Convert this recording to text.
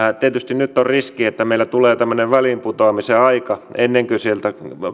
tietysti nyt on riski että meillä tulee tämmöinen väliinputoamisen aika ennen kuin sieltä